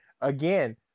again